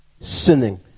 Sinning